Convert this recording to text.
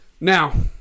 Now